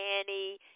Annie